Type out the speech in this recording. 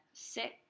Six